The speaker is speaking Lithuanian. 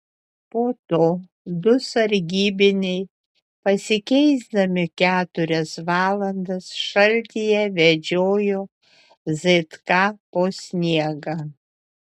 po to du sargybiniai pasikeisdami keturias valandas šaltyje vedžiojo zk po sniegą